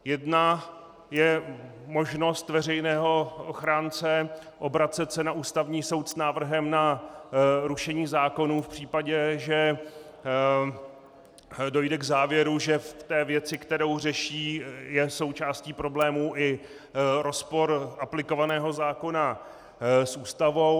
Jedna je možnost veřejného ochránce obracet se na Ústavní soud s návrhem na rušení zákonů v případě, že dojde k závěru, že v té věci, kterou řeší, je součástí problémů i rozpor aplikovaného zákona s Ústavou.